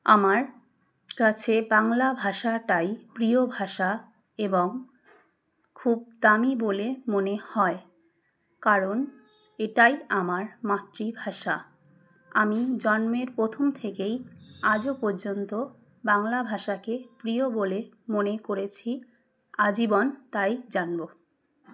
আমার কাছে বাংলা ভাষাটাই প্রিয় ভাষা এবং খুব দামি বলে মনে হয় কারণ এটাই আমার মাতৃভাষা আমি জন্মের প্রথম থেকেই আজও পর্যন্ত বাংলা ভাষাকে প্রিয় বলে মনে করেছি আজীবন তাই জানবো